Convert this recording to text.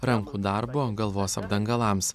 rankų darbo galvos apdangalams